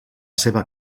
seva